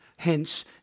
Hence